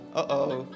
uh-oh